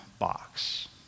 box